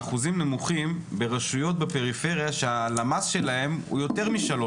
האחוזים נמוכים בפריפריה שהלמ"ס שלהם הוא יותר מ-3,